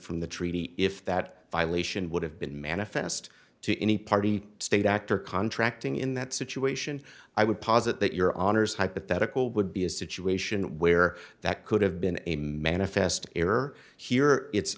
from the treaty if that violation would have been manifest to any party state actor contracting in that situation i would posit that your honour's hypothetical would be a situation where that could have been a manifest error here it's